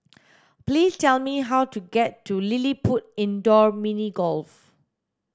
please tell me how to get to LilliPutt Indoor Mini Golf